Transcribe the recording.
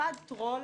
אחד הוא טרול